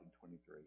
2023